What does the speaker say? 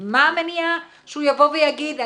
מה המניע שהוא יבוא ויגיד,